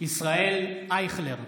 ישראל אייכלר,